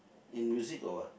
in music or what